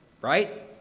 right